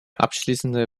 abschließende